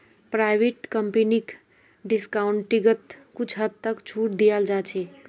private कम्पनीक डिस्काउंटिंगत कुछ हद तक छूट दीयाल जा छेक